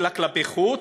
אלא כלפי חוץ,